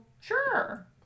Sure